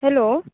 hello